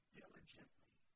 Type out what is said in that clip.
diligently